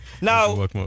Now